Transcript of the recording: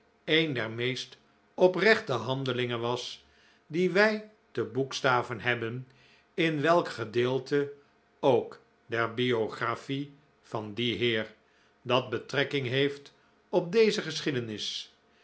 een der meest oprechte handelingen was die wij te boekstaven hebben in welk gedeelte ook der biographic van dien heer dat betrekking heeft op deze geschiedenis